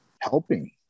helping